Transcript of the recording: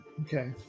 okay